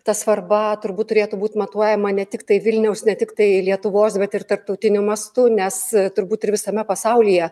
ta svarba turbūt turėtų būt matuojama ne tiktai vilniaus ne tiktai lietuvos bet ir tarptautiniu mastu nes turbūt ir visame pasaulyje